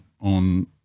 on